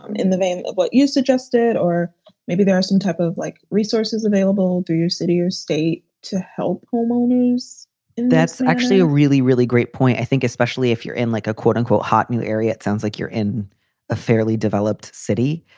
in the vein of what you suggested, or maybe there's some type of like resources available to city or state to help homeowners and that's actually a really, really great point, i think, especially if you're in like a quote unquote hot new area. sounds like you're in a fairly developed city.